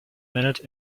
minute